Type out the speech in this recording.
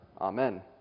Amen